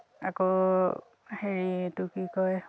আকৌ হেৰি এইটো কি কিয়